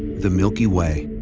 the milky way,